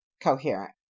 coherent